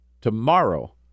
tomorrow